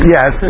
Yes